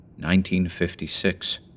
1956—